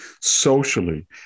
socially